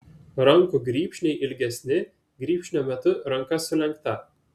rankų grybšniai ilgesni grybšnio metu ranka sulenkta